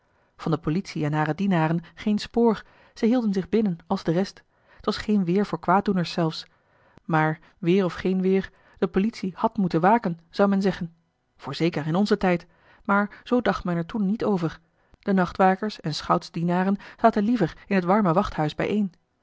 van de politie en hare dienaren geen spoor zij hielden zich binnen als de rest t was geen weêr voor kwaaddoeners zelfs maar weêr of geen weêr de politie had moeten waken zou men zeggen voorzeker in onzen tijd maar zoo dacht men er toen niet over de nachtwakers en schoutsdienaren zaten liever in t warme wachthuis bijeen